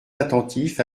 attentifs